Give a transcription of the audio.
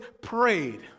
prayed